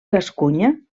gascunya